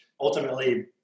ultimately